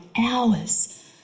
hours